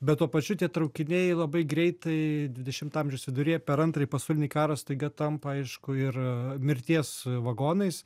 bet tuo pačiu tie traukiniai labai greitai dvidešimto amžiaus viduryje per antrąjį pasaulinį karą staiga tampa aišku ir mirties vagonais